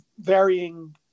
varying